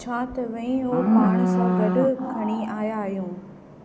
छा तव्हां इहो पाण सां गॾु खणी आहिया आहियो